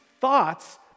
thoughts